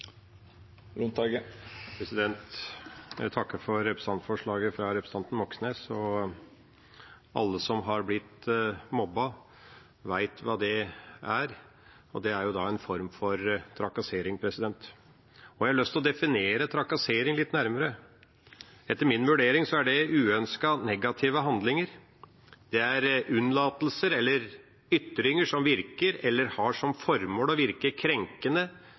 Jeg takker for representantforslaget fra representanten Moxnes. Alle som har blitt mobbet, vet hva det er – det er en form for trakassering. Jeg har lyst til å definere trakassering litt nærmere. Etter min vurdering er det uønskede, negative handlinger. Det er unnlatelser eller ytringer som virker, eller har som formål å virke krenkende,